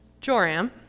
Joram